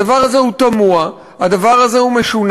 הדבר הזה תמוה, הדבר הזה משונה.